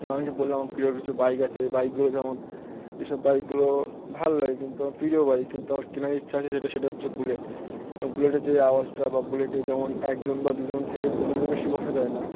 যেমন আমি যে বললাম আমার প্রিয় কিছু বাইক আছে বাইকগুলো যেমন এই সব বাইকগুলো ভালো লাগে কিন্তু আমার প্রিয় বাইক কিন্তু আমার কেনার ইচ্ছা আছে যেটা সেটা হচ্ছে বুলেট বুলেটে যে আওয়াজটা বা বুলেটে যেমন একজন বা দুজন থেকে দুজনের বেশি বসা যায় না